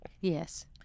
Yes